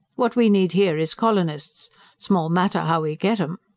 what we need here is colonists small matter how we get em.